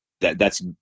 that—that's